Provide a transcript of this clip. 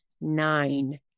nine